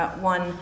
one